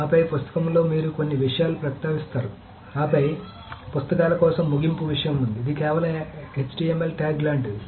ఆపై పుస్తకంలో మీరు కొన్ని విషయాలను ప్రస్తావిస్తారు ఆపై పుస్తకాల కోసం ముగింపు విషయం ఉంది ఇది కేవలం HTML ట్యాగ్ లాంటిది